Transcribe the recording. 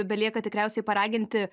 belieka tikriausiai paraginti